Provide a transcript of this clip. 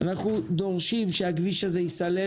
אנחנו דורשים שהכביש הזה ייסלל.